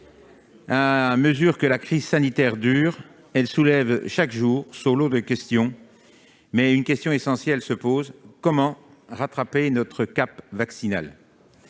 qu'elle dure, la crise sanitaire soulève chaque jour son lot de questions, une question essentielle se pose : comment rattraper notre cap vaccinal ?